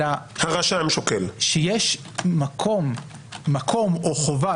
אלא שיש מקום או חובה,